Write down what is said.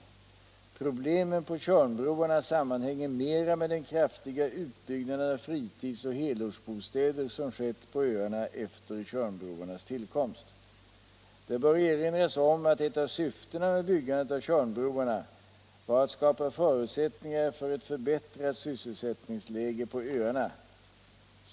Problemen på Tjörnbroarna sammanhänger mera med den kraftiga utbyggnaden av fritids och helårsbostäder som skett på öarna efter Tjörnbroarnas tillkomst. Det bör erinras om att ett av syftena med byggandet av Tjörnbroarna var att skapa förutsättningar för ett förbättrat sysselsättningsläge på öarna.